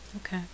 okay